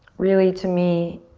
really to me,